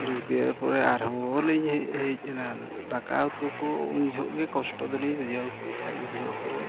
ᱯᱚᱨᱮ ᱟᱨᱦᱚᱸ ᱞᱤᱧ ᱦᱮᱡ ᱦᱮᱡᱮᱱᱟ ᱫᱟᱠᱟᱼᱩᱛᱩ ᱠᱚ ᱩᱱ ᱡᱚᱦᱚᱜ ᱜᱮ ᱠᱚᱥᱴᱚ ᱫᱚᱞᱤᱧ ᱵᱩᱡᱷᱟᱹᱣ ᱠᱮᱫᱼᱟ ᱵᱩᱡᱷᱟᱹᱣ ᱯᱚᱨᱮ